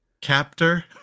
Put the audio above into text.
Captor